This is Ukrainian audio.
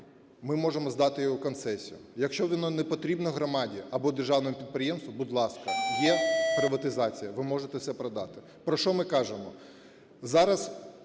ми можемо здати його в концесію. Якщо воно не потрібно громаді або державним підприємствам, будь ласка, є приватизація, ви можете це продати. Про що ми кажемо?